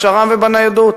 בשר"מ ובניידות.